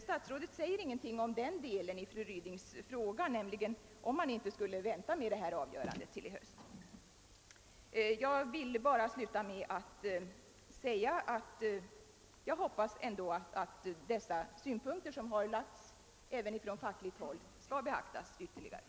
Statsrådet säger i sitt svar ingenting om den delen av fru Rydings fråga, alltså om man inte skulle vänta med avgörandet till i höst. Jag vill sluta med att säga att jag hoppas att dessa synpunkter, som framförts även från fackligt håll, kommer att beaktas.